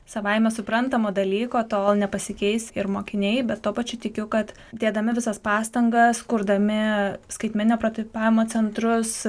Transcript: savaime suprantamo dalyko tol nepasikeis ir mokiniai bet tuo pačiu tikiu kad dėdami visas pastangas kurdami skaitmeninio projektavimo centrus